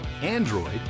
android